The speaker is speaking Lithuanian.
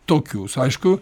tokius aišku